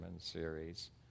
series